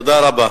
תודה רבה.